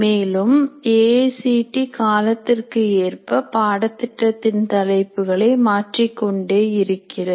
மேலும்ஏ ICT காலத்திற்கு ஏற்ப பாடத்திட்டத்தின் தலைப்புகளை மாற்றிக் கொண்டே இருக்கிறது